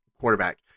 quarterback